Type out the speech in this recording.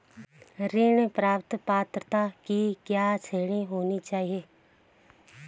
ऋण प्राप्त पात्रता की क्या श्रेणी होनी चाहिए?